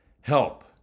help